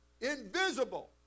invisible